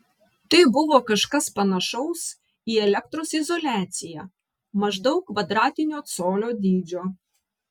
tai buvo kažkas panašaus į elektros izoliaciją maždaug kvadratinio colio dydžio